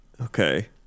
Okay